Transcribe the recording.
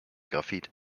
graphit